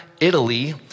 Italy